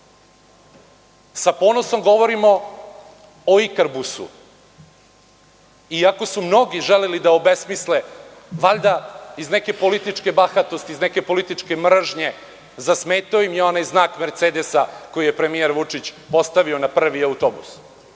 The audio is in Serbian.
Sa ponosom govorimo o „Ikarbusu“, iako su mnogi želeli da obesmisle, valjda iz neke političke bahatosti, iz neke političke mržnje zasmetao im je onaj znak „Mercedesa“ koji je premijer Vučić postavio na prvi autobus.